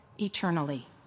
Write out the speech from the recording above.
eternally